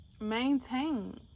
maintain